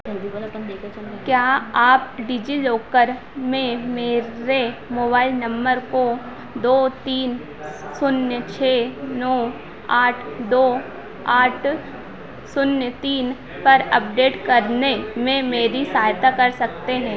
क्या आप डिजिलॉकर में मेरे मोबाइल नंबर को दो तीन शून्य छः नौ आठ दो आठ शून्य तीन पर अपडेट करने में मेरी सहायता कर सकते हैं